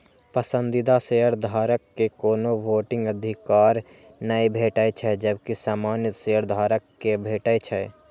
पसंदीदा शेयरधारक कें कोनो वोटिंग अधिकार नै भेटै छै, जबकि सामान्य शेयधारक कें भेटै छै